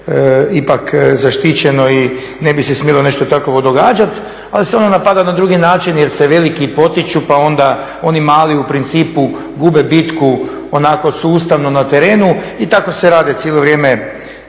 ipak zaštićeno i ne bi se smjelo nešto takovo događati, ali se onda napada na drugi način jel se veliki potiču pa onda oni mali u principu gube bitku onako sustavno na terenu i tako se rade cijelo vrijeme